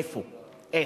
איפה, איך?